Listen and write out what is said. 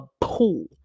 pool